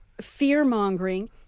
fear-mongering